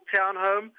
townhome